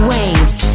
Waves